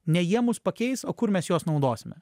ne jie mus pakeis o kur mes juos naudosime